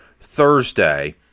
Thursday